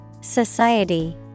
Society